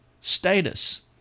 status